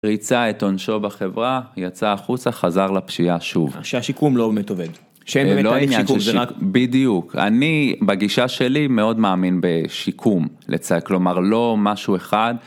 ריצה את עונשו בחברה, יצא החוצה, חזר לפשיעה שוב. שהשיקום לא באמת עובד. שאין באמת תהליך שיקום, לא לא עניין של... זה רק... בדיוק. אני, בגישה שלי, מאוד מאמין בשיקום, לצד. כלומר, לא משהו אחד...